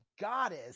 goddess